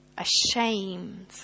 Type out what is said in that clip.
ashamed